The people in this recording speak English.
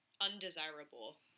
undesirable